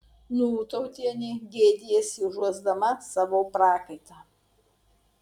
nūtautienė gėdijasi užuosdama savo prakaitą